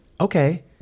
okay